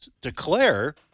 declare